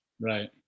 right